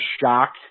shocked